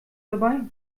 dabei